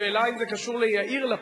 השאלה אם זה קשור ליאיר לפיד.